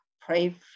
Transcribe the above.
pray